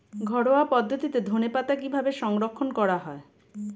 ঘরোয়া পদ্ধতিতে ধনেপাতা কিভাবে সংরক্ষণ করা হয়?